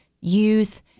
youth